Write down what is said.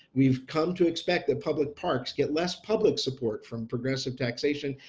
we've come to expect that public parks get less public support from progressive taxation,